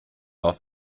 auf